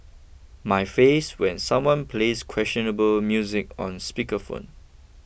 my face when someone plays questionable music on speaker phone